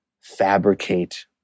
fabricate